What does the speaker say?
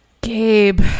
Gabe